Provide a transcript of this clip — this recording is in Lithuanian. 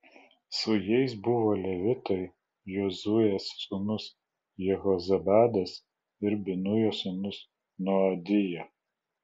su jais buvo levitai jozuės sūnus jehozabadas ir binujo sūnus noadija